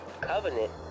covenant